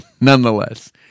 nonetheless